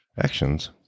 actions